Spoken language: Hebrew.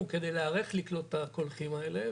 אנחנו כדי להיערך לקנות את הקולחים האלה,